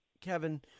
Kevin